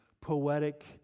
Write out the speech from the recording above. poetic